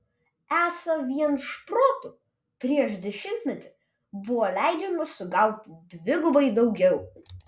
esą vien šprotų prieš dešimtmetį buvo leidžiama sugauti dvigubai daugiau